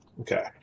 Okay